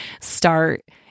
start